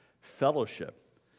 fellowship